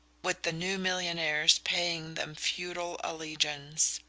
with the new millionaires paying them feudal allegiance.